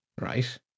right